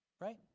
Right